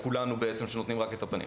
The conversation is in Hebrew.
לכולנו בעצם שנותנים רק את הפנים.